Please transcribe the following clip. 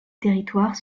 territoire